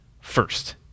first